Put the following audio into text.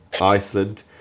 Iceland